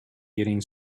getting